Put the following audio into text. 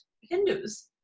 hindus